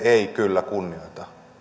ei kyllä kunnioita